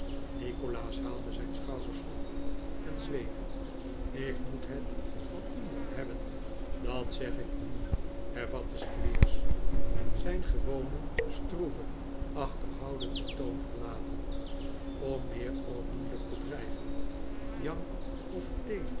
nikolaas haalde zijn schouders op en zweeg ik moet het van iemand hebben dat zeg ik u hervatte squeers zijn gewonen stroeven achterhoudenden toon verlatend om meer openlijk te dreigen jank of